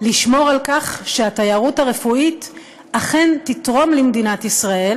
לשמור על כך שהתיירות הרפואית אכן תתרום למדינת ישראל